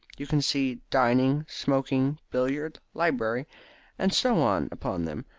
you can see dining, smoking billiard, library and so on, upon them.